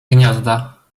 gniazda